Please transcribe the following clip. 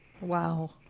Wow